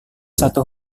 satu